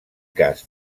cas